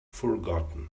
forgotten